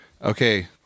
Okay